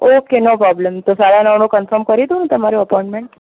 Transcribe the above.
okay no problem તો સાડા નવનું કન્ફમ કરી દઉં ને તમારુ અપોઇન્ટમેન્ટ